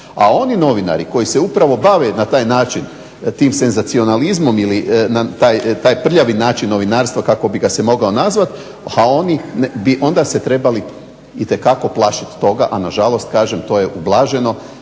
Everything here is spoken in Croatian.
a oni novinari koji se upravo bave na taj način tim senzacionalizmom ili taj prljavi način novinarstva kako bi ga se moglo nazvati, oni bi se itekako trebali bojati toga a na žalost to je ublaženo